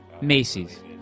Macy's